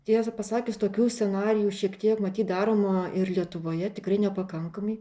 tiesą pasakius tokių scenarijų šiek tiek matyt daroma ir lietuvoje tikrai nepakankamai